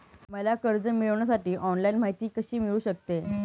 मला कर्ज मिळविण्यासाठी ऑनलाइन माहिती कशी मिळू शकते?